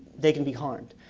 they can be harmed.